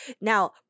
Now